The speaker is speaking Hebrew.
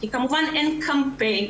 כי כמובן אין קמפיין.